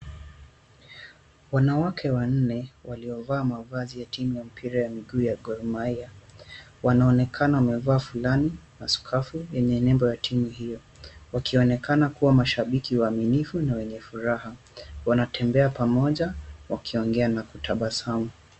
Wanawake wanne waliovaa mavazi ya timu ya mpira wa miguu ya Gor Mahia. Wanaonekana wamevaa fulana na skafu yenye nembo ya timu hiyo wakionekana kuwa mashabiki waaminifu na wenye furaha. Wanatembea pamoja wakiongea na kutabasamu.